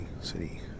city